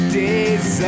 days